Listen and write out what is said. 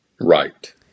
Right